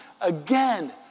again